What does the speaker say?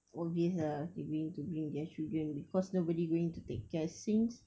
obvious ah they going to bring their children because nobody going to take care since